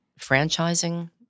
franchising